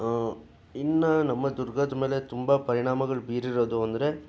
ಇನ್ನು ನಮ್ಮ ದುರ್ಗದ ಮೇಲೆ ತುಂಬ ಪರಿಣಾಮಗಳು ಬೀರಿರೋದು ಅಂದರೆ